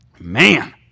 Man